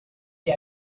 sie